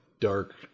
dark